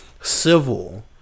civil